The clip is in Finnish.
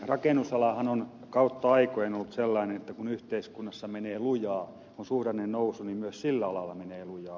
rakennusalahan on kautta aikojen ollut sellainen että kun yhteiskunnassa menee lujaa on suhdannenousu niin myös sillä alalla menee lujaa